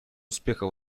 успеха